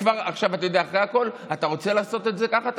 אתה יודע, אחרי הכול, אתה רוצה לעשות את זה ככה?